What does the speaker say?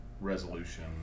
resolution